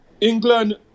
England